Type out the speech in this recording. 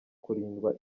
kurindwa